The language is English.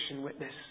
witness